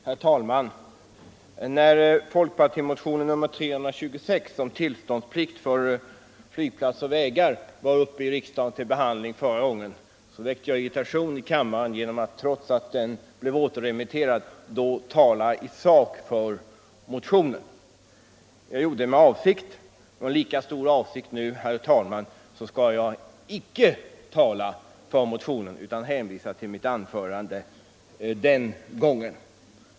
Herr talman! När folkpartimotionen 326 om tillståndsplikt för flygplatser och vägar var uppe till behandling förra gången väckte jag irritation i kammaren genom att, trots att den blev återremitterad till utskottet, tala i sak för motionen. Jag gjorde det med avsikt, och med lika stor avsikt skall jag nu, herr talman, icke tala för motionen utan hänvisa till mitt anförande den gången.